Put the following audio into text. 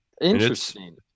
Interesting